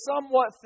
somewhat